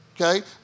Okay